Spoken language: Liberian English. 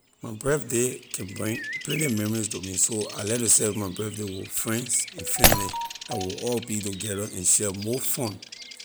My birthday can bring plenty memories to me so I like to celebrate my birthday with friends and family la we will all be together and share more fun.